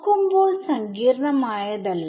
നോക്കുമ്പോൾ സങ്കീർണ്ണമായതല്ല